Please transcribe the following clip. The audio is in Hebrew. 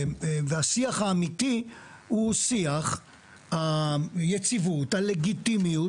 והשיח האמיתי הוא שיח היציבות, הלגיטימיות